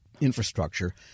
infrastructure